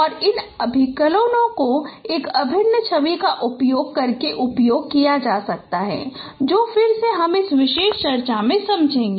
और इन अभिकलनों को एक अभिन्न छवि का उपयोग करके किया जा सकता है जो फिर से हम इस विशेष चर्चा में समझेगें